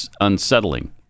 unsettling